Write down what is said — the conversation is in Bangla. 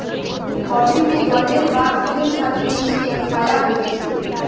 কফিকে জলের বা দুধের সাথে মিশিয়ে খায়া হতিছে